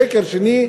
שקר שני,